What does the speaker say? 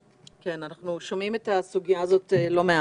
אנחנו שומעים את הסוגיה הזאת לא מעט.